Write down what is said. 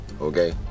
Okay